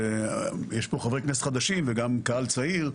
יש פה חברי כנסת חדשים וגם קהל צעיר.